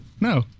No